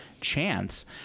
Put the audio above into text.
chance